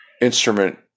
instrument